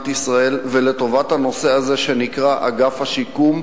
ישראל ולטובת הנושא הזה שנקרא אגף השיקום,